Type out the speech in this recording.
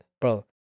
Bro